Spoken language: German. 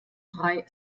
drei